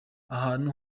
ahantu